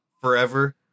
forever